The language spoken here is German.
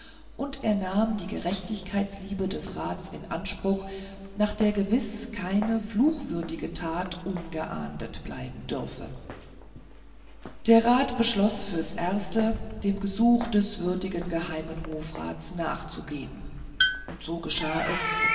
und er nahm die gerechtigkeitsliebe des rats in anspruch nach der gewiß keine fluchwürdige tat ungeahndet bleiben dürfe der rat beschloß fürs erste dem gesuch des würdigen geheimen hofrats nachzugeben und so geschah es